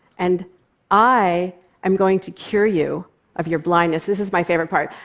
and i am going to cure you of your blindness. this is my favorite part.